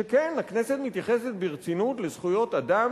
שכן הכנסת מתייחסת ברצינות לזכויות אדם